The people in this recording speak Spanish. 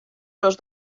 los